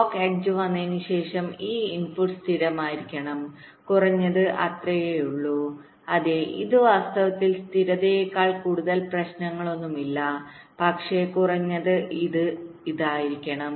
clock edge വന്നതിനുശേഷം ഈ input സ്ഥിരമായിരിക്കണം കുറഞ്ഞത് അത്രയേയുള്ളൂ അതെ ഇത് വാസ്തവത്തിൽ സ്ഥിരതയേക്കാൾ കൂടുതൽ പ്രശ്നങ്ങളൊന്നുമില്ല പക്ഷേ കുറഞ്ഞത് ഇത് ഇതായിരിക്കണം